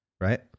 right